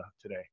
today